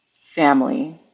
family